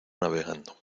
navegando